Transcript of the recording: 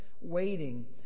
waiting